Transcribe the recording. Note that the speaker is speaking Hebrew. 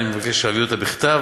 אני מבקש שיעביר אותה בכתב,